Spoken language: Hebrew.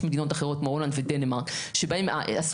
יש מדינות אחרות כמו הולנד ודנמרק שבהן עשו